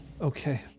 Okay